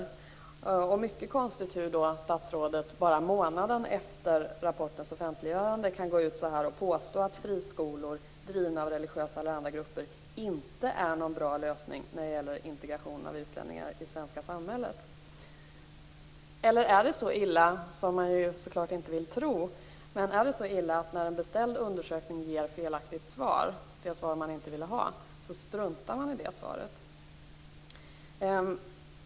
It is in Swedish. Det är också mycket konstigt att statsrådet redan månaden efter rapportens offentliggörande kan gå ut och påstå att friskolor drivna av religiösa eller andra grupper inte är någon bra lösning när det gäller integration av utlänningar i det svenska samhället. Är det så illa - vilket man så klart inte vill tro - att när en beställd utredning ger ett felaktigt svar, det svar man inte ville ha, struntar man i det svaret?